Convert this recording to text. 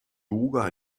yoga